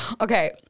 Okay